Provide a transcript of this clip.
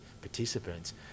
participants